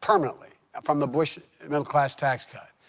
permanently from the bush middle-class tax cut.